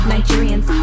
Nigerians